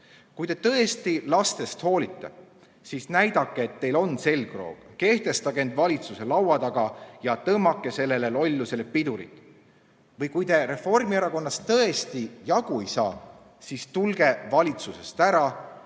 Kui te tõesti lastest hoolite, siis näidake, et teil on selgroog! Kehtestage end valitsuse laua taga ja tõmmake sellele lollusele pidurit! Või kui te Reformierakonnast tõesti jagu ei saa, siis tulge valitsusest ära